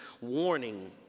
warning